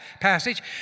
passage